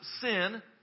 sin